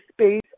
space